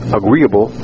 agreeable